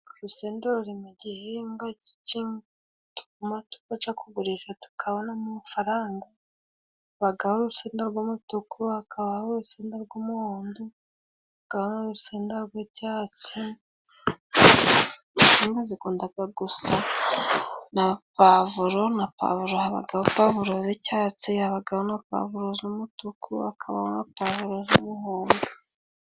Urusede ruri mu gihingwa gituma tujya kugurisha tukabonamo amafaranga, habaho urusenda rw'umutuku hakaba urusenda rw'umuhondo, hakabaho uruseda rw'icyatsi. Insenda zikunda gusa na pavuro, habaho pavuro z'icyatsi, hakabaho na pavuro z'umutuku, hakabaho na pavuro z'umuhondo.